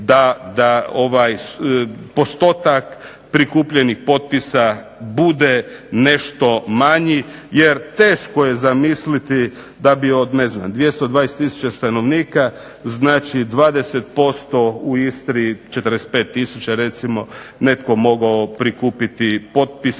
da postotak prikupljenih potpisa bude nešto manji. Jer teško je zamisliti da bi od ne znam 220000 stanovnika, znači 20% u Istri, 45000 recimo netko mogao prikupiti potpisa